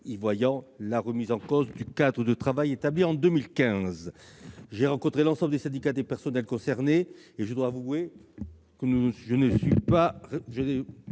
y voyant la remise en cause du cadre de travail établi en 2015. J'ai rencontré l'ensemble des syndicats des personnels concernés et je dois avouer que je n'ai